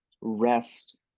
rest